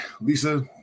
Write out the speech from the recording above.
Lisa